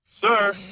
sir